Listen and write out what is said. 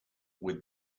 with